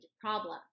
problem